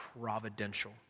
providential